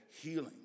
healing